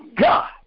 God